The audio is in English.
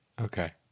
Okay